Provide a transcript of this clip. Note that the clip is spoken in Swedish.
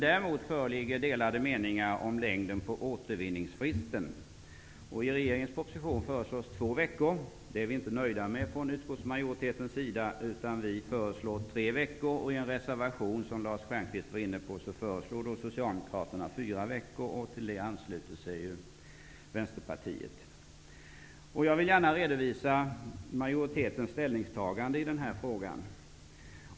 Däremot föreligger delade meningar om längden på återvinningsfristen. I regeringens proposition föreslås två veckor, men utskottsmajoriteten är inte nöjd med det utan föreslår tre veckor. I en reservation, som Lars Stjernkvist nämnde, föreslår Vänsterpartiet ansluter sig till den. Jag vill gärna redovisa majoritetens ställningstagande i den här frågan.